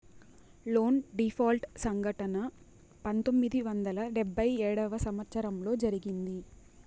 loan default సంఘటన పంతొమ్మిది వందల డెబ్భై ఏడవ సంవచ్చరంలో జరిగింది